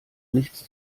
nichts